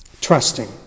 Trusting